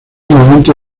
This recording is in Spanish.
momento